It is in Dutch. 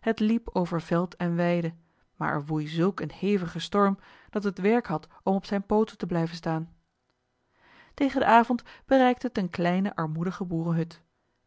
het liep over veld en weide maar er woei zulk een hevige storm dat het werk had om op zijn pooten te blijven staan tegen den avond bereikte het een kleine armoedige boerenhut